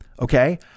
Okay